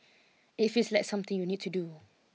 it feels like something you need to do